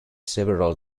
several